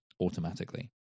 automatically